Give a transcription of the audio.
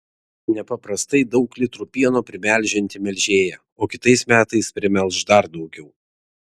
nepaprastai daug litrų pieno primelžianti melžėja o kitais metais primelš dar daugiau